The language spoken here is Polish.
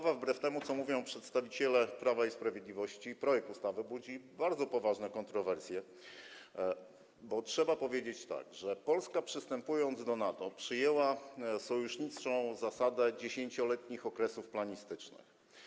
Wbrew temu, co mówią przedstawiciele Prawa i Sprawiedliwości, projekt ustawy budzi bardzo poważne kontrowersje, bo trzeba powiedzieć, że Polska, przystępując do NATO, przyjęła sojuszniczą zasadę 10-letnich okresów planistycznych.